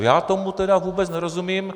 Já tomu tedy vůbec nerozumím.